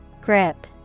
Grip